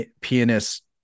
pianist